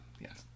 yes